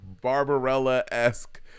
Barbarella-esque